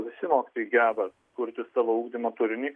visi mokytojai geba kurti savo ugdymo turinį